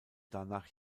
danach